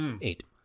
Eight